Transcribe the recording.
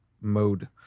Mode